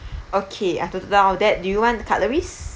okay I've noted down all that do you want cutleries